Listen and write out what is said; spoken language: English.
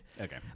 Okay